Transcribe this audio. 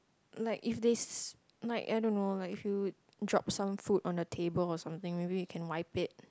like if they s~ like I don't know like if you drop some food on the table or something maybe you can wipe it